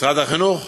משרד החינוך